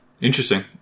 Interesting